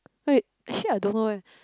wait actually I don't know leh